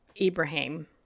Ibrahim